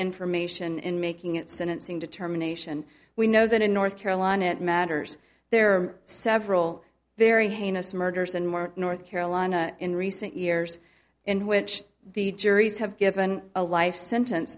information in making it sentencing determination we know that in north carolina at matters there are several very heinous murders and more north carolina in recent years in which the juries have given a life sentence